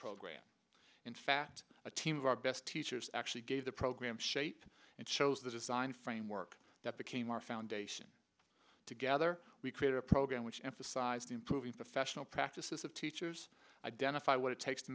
program in fact a team of our best teachers actually gave the program shape and shows the design framework that became our foundation together we created a program which emphasized the improving professional practices of teachers identify what it takes to